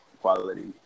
quality